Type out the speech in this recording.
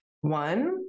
One